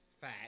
fat